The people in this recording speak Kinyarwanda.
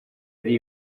ari